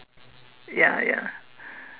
ya ya